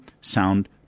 sound